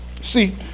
See